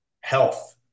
health